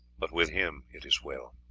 but with him it is well.